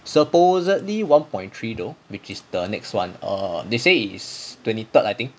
supposedly one point three though which is the next [one] err they say is twenty third I think